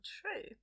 true